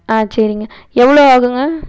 ஆ சரிங்க எவ்வளோ ஆகுங்க